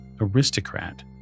aristocrat